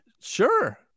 Sure